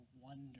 wonder